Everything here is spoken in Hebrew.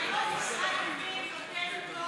היום משרד הפנים נותן פטור